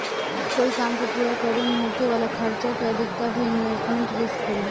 कोई काम के पूरा करे में होखे वाला खर्चा के अधिकता भी इन्वेस्टमेंट रिस्क होला